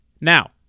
Now